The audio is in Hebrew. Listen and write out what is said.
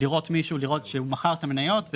לראות מישהו לראות שהוא מכר את המניות,